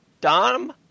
Dom